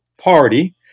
party